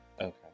Okay